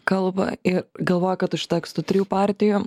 kalba ir galvoja kad užteks tų trijų partijų